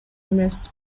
эмес